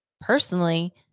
personally